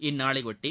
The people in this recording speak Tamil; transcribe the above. இந்நாளையொட்டி